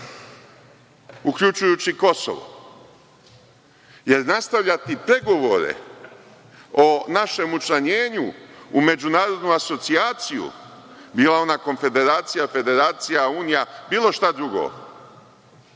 uključujući Kosovo. Nastavljati pregovore o našem učlanjenju u međunarodnu asocijaciju, bila ona konfederacija, federacija, unija, bilo šta drugo